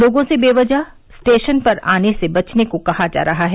लोगों से बेवजह स्टेशन पर आने से बचने को कहा जा रहा है